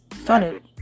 Started